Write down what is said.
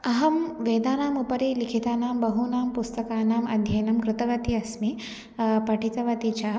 अहं वेदानामुपरि लिखितानां बहूनां पुस्तकानाम् अध्ययनम् कृतवती अस्मि पठितवती च